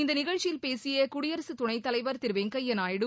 இந்த நிகழ்ச்சியில் பேசிய குடியரகத் துணைத் தலைவர் திரு வெங்கப்யா நாயுடு